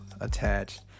attached